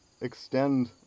extend